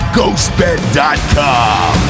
GhostBed.com